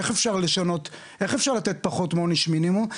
איך אפשר לתת פחות מעונש מינימום?